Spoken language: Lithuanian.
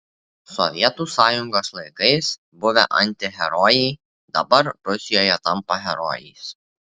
sovietų sąjungos laikais buvę antiherojai dabar rusijoje tampa herojais